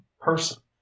person